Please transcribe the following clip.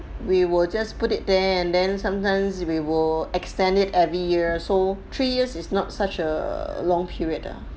we will just put it there and then sometimes we will extend it every year so three years is not such a long period ah